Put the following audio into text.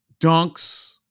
dunks